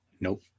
Nope